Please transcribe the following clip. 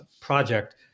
project